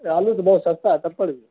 ارے آلو تو بہت سستا ہے تب پر بھی